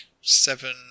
seven